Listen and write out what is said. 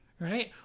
right